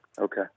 Okay